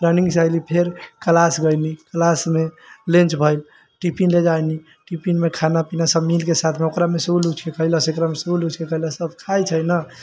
रनिंगसे अयली फेर क्लास गयली क्लासमे लंच भेल टिफिन ले जाइ नी टिफिन मे खाना पीना सब मिलके साथ मे ओकरा मे से ओ लूझि के खयलक एकरा मे से ओ लूझि के खयलक सब खाइ छै ने